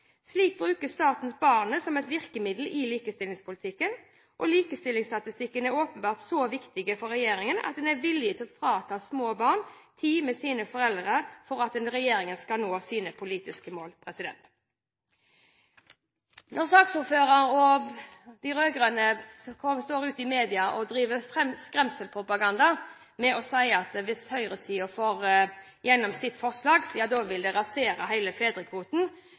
Slik bruker staten barnet som et virkemiddel i likestillingspolitikken. Likestillingsstatistikken er åpenbart så viktig for regjeringen at den er villig til å ta fra små barn tid med sine foreldre for at regjeringen skal nå sine politiske mål. Saksordføreren og de rød-grønne går ut i media og driver skremselspropaganda ved å si at hvis høyresiden får igjennom sitt forslag, så vil de rasere hele fedrekvoten,